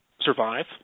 survive